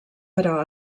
però